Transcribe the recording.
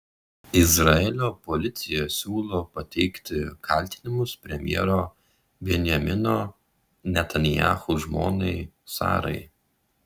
izraelio policija siūlo pateikti kaltinimus premjero benjamino netanyahu žmonai sarai